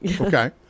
okay